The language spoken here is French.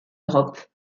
europe